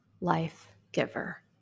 life-giver